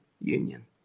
union